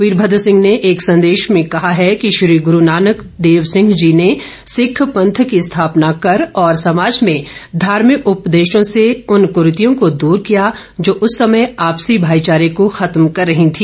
वीरभद्र सिंह ने एक संदेश में कहा कि श्री गुरू नानक देव सिंह जी ने सिक्ख पंथ की स्थापना कर और समाज में धार्भिक उपदेशों से उन कुरीतियों को दूर किया जो उस समय आपसी भाईचारे को खत्म कर रही थी